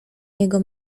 jego